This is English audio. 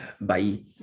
Bye